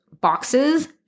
boxes